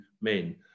men